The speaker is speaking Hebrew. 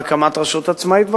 הקמת רשות עצמאית?